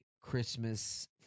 Christmas